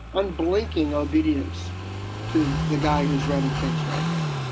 unblinking obedience to the guy who is running things right now